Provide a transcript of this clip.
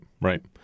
Right